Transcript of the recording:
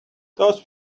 those